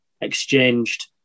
exchanged